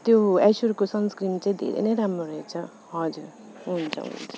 त्यो एस्युरको सन्सक्रिम चाहिँ धेरै नै राम्रो रहेछ हजुर हुन्छ हुन्छ